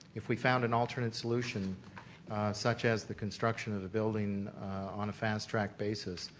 if we found an alternative solution such as the construction of the building on a fast track basis,